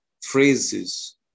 phrases